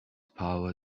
power